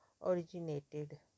originated